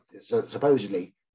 supposedly